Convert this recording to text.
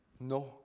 No